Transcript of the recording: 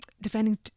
Defending